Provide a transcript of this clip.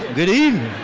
good evening.